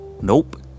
nope